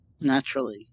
naturally